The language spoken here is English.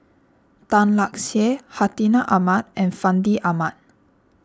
Tan Lark Sye Hartinah Ahmad and Fandi Ahmad